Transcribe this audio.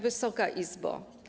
Wysoka Izbo!